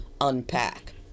unpack